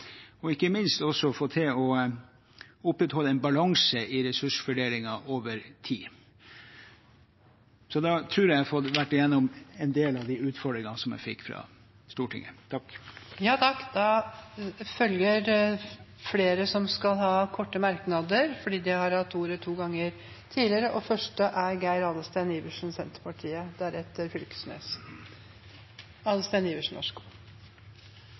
og ikke minst også at vi får til å opprettholde en balanse i ressursfordelingen over tid. Da tror jeg at jeg har vært gjennom en del av de utfordringene som jeg fikk fra Stortinget.